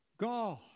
God